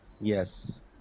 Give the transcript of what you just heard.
Yes